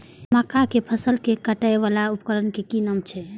मक्का के फसल कै काटय वाला उपकरण के कि नाम छै?